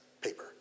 paper